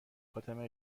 فاطمه